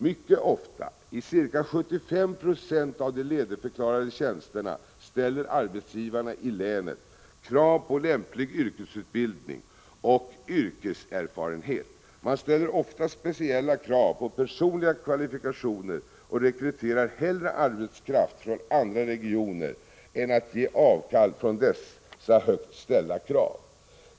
Mycket ofta — i ca 75 90 av de ledigförklarade tjänsterna — ställer arbetsgivarna i länet krav på lämplig yrkesutbildning och yrkeserfarenhet. Man ställer ofta speciella krav på personliga kvalifikationer, och rekryterar hellre arbetskraft från andra regioner än att ge avkall på dessa högt ställda krav.